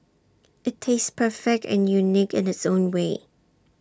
IT tastes perfect and unique in its own way